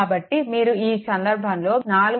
కాబట్టి మీరు ఈ సందర్భంలో 4